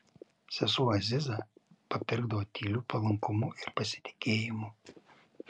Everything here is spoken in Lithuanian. sesuo aziza papirkdavo tyliu palankumu ir pasitikėjimu